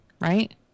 right